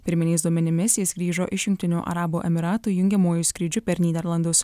pirminiais duomenimis jis grįžo iš jungtinių arabų emyratų jungiamuoju skrydžiu per nyderlandus